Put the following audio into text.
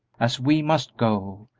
as we must go,